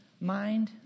mind